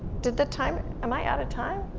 did the time, am i out of time?